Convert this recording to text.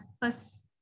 plus